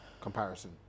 comparison